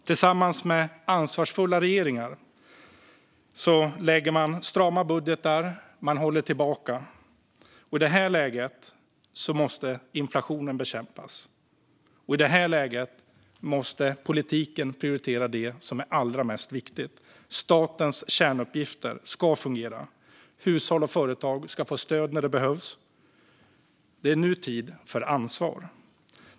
Tillsammans med ansvarsfulla regeringar lägger man strama budgetar och håller tillbaka. I det här läget måste inflationen bekämpas, och politiken måste prioritera det som är allra viktigast. Statens kärnuppgifter ska fungera. Hushåll och företag ska få stöd när det behövs. Det är nu tid för ansvar.